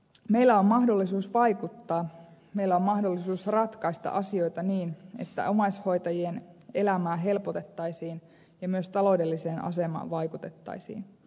meillä on mahdollisuus vaikuttaa meillä on mahdollisuus ratkaista asioita niin että omaishoitajien elämää helpotettaisiin ja myös taloudelliseen asemaan vaikutettaisiin